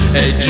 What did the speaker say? Hey